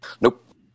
Nope